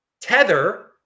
Tether